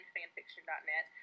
FanFiction.net